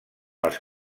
les